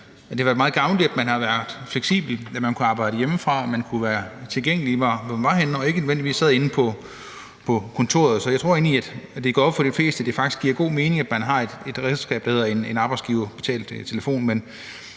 har været meget gavnligt, at man har været fleksibel og har kunnet arbejde hjemmefra og være tilgængelig, uanset hvor man var henne, altså selv om man ikke nødvendigvis sad inde på kontoret. Så jeg tror egentlig, at det er gået op for de fleste, at det faktisk giver god mening, at man har et redskab, der hedder en arbejdsgiverbetalt telefon.